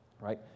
right